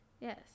Yes